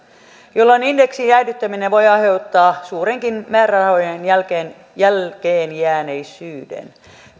jolloin indeksin jäädyttäminen voi aiheuttaa suurenkin määrärahojen jälkeenjääneisyyden